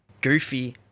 goofy